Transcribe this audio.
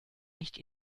nicht